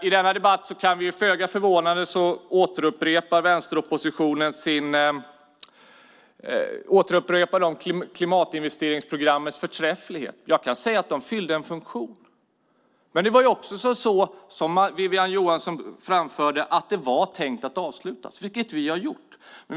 I denna debatt upprepar vänsteroppositionen, föga förvånande, klimatinvesteringsprogrammens förträfflighet. Jag kan säga: De fyllde en funktion. Men det var också, som Wiwi-Anne Johansson framhöll, tänkt att de skulle avslutas, vilket vi gjorde.